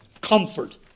comfort